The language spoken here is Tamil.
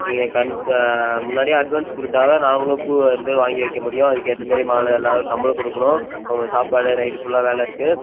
நீங்கள் கன் ஆ முன்னாடியே அட்வான்ஸ் கொடுத்தா தான் நாங்களும் பூ வந்து வாங்கி வைக்க முடியும் அதுக்கேற்ற மாதிரி மாலை எல்லாம் சம்பளம் கொடுக்கணும் அவங்களுக்கு சாப்பாடு நைட்டு ஃபுல்லாக வேலை இருக்குது